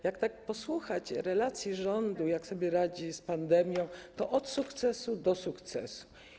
Jak tak posłuchać relacji rządu, jak sobie radzi z pandemią, to od sukcesu - do sukcesu.